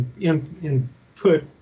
input